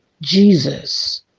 Jesus